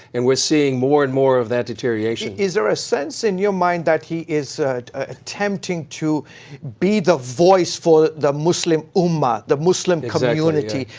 and we're seeing more and more of that deterioration. is there a sense in your mind that he is ah tempting to be the voice for the muslim oman, the muslim community?